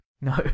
No